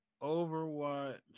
Overwatch